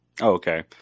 Okay